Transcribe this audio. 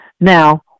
Now